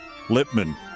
Lipman